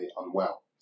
unwell